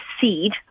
seed